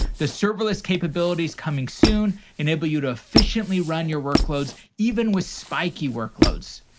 the serverless capabilities coming soon enable you to efficiently run your workloads, even with spiky workloads.